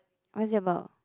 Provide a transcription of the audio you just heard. what is it about